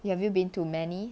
have you been to many